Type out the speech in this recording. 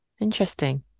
Interesting